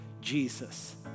Jesus